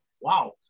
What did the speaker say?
wow